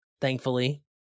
thankfully